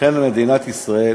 לכן למדינת ישראל